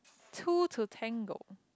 two to ten goal